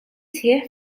sħiħ